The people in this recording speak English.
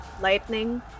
lightning